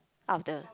out of the